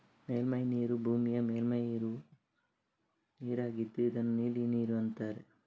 ಮೇಲ್ಮೈ ನೀರು ಭೂಮಿಯ ಮೇಲ್ಮೈ ಮೇಲೆ ಇರುವ ನೀರಾಗಿದ್ದು ಇದನ್ನ ನೀಲಿ ನೀರು ಅಂತಾರೆ